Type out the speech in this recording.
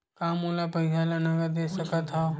का मोला पईसा ला नगद दे सकत हव?